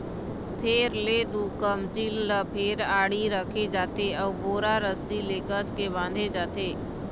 फेर ले दू कमचील ल फेर आड़ी रखे जाथे अउ बोरा रस्सी ले कसके बांधे जाथे